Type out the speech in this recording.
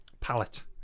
Palette